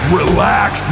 relax